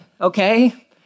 okay